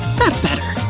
that's better.